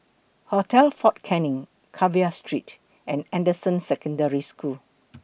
Hotel Fort Canning Carver Street and Anderson Secondary School